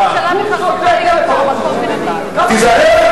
הוא צודק, תיזהר.